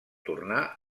tornar